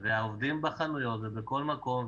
והעובדים בחנויות ובכל מקום,